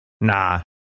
Nah